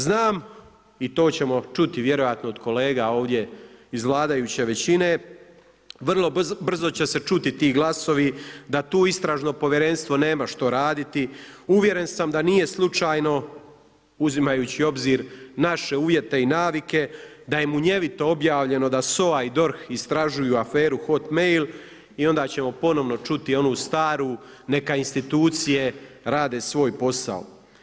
Znam, i to ćemo čuti vjerojatno od kolega ovdje iz vladajuće većine, vrlo brzo će se čuti ti glasovi da tu istražno povjerenstvo nema što raditi, uvjeren sam da nije slučajno uzimajući u obzir naše uvjete i navike da je munjevito objavljeno da SOA i DORH istražuju aferu Hotmail i onda ćemo ponovo čuti onu staru neka institucije rade svoj posao.